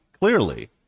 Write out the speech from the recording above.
clearly